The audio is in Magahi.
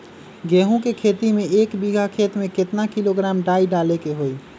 गेहूं के खेती में एक बीघा खेत में केतना किलोग्राम डाई डाले के होई?